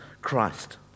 Christ